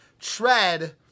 tread